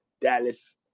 Dallas